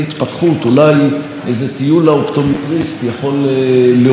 אולי איזה טיול לאופטומטריסט יכול להועיל לכם